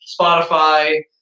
Spotify